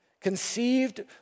conceived